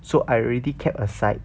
so I already kept aside